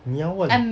你要问